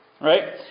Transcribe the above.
right